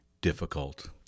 difficult